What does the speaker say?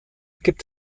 gibt